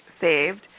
saved